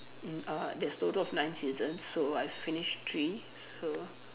mm uh there's total of nine seasons so I finished three so